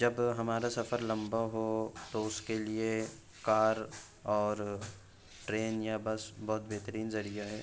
جب ہمارا سفر لمبا ہو تو اس کے لیے کار اور ٹرین یا بس بہت بہترین ذریعہ ہے